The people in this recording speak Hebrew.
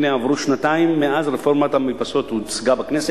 הנה, עברו שנתיים מאז הוצגה רפורמת המרפסות בכנסת,